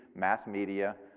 mass media,